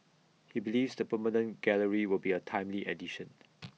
he believes the permanent gallery will be A timely addition